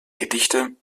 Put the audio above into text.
gedichte